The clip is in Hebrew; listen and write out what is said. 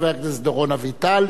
חבר הכנסת דורון אביטל.